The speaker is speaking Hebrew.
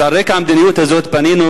על רקע המדיניות הזאת פנינו,